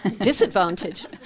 disadvantage